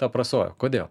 aprasojo kodėl